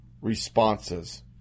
Responses